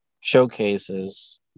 showcases